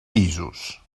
pisos